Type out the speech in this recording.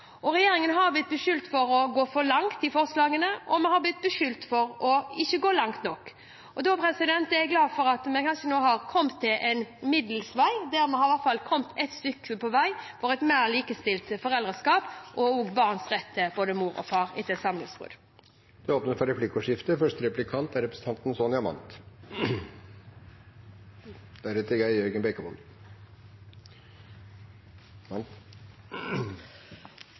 forslagene, og vi har blitt beskyldt for ikke å gå langt nok. Da er jeg glad for at vi kanskje nå har funnet en middelvei, der vi i hvert fall har kommet et stykke på vei for et mer likestilt foreldreskap og også barns rett til både mor og far etter samlivsbrudd. Det blir replikkordskifte. Som statsråden sier, og som det også er